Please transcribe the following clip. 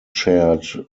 chaired